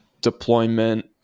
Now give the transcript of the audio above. deployment